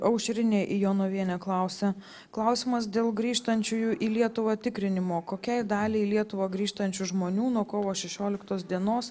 aušrinė jonavienė klausia klausimas dėl grįžtančiųjų į lietuvą tikrinimo kokiai daliai į lietuvą grįžtančių žmonių nuo kovo šešioliktos dienos